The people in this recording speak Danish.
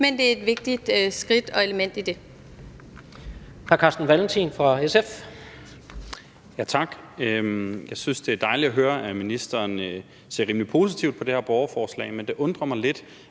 men det er et vigtigt skridt og element i den